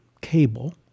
cable